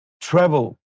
travel